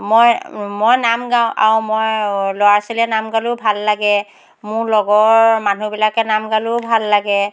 মই মই নাম গাওঁ আৰু মই ল'ৰা ছোৱালীয়ে নাম গালেও ভাল লাগে মোৰ লগৰ মানুহবিলাকে নাম গালেও ভাল লাগে